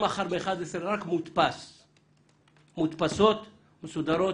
רק מודפסות ומסודרות.